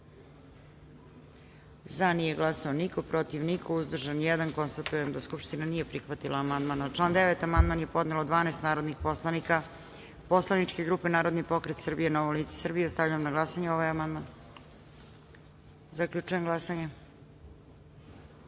glasanje: za – niko, protiv – niko, uzdržan – jedan. Konstatujem da Skupština nije prihvatila amandman. Na član 19. amandman je podnelo 12 narodnih poslanika poslaničke grupe Narodni pokret Srbije – Novo lice Srbije. Stavljam na glasanje ovaj amandman. Zaključujem glasanje: